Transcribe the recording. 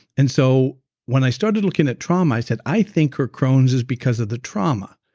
and so when i started looking at trauma i said, i think her crohn's is because of the trauma.